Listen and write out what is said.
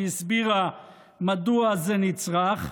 שהסבירה מדוע זה נצרך.